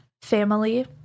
family